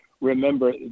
Remember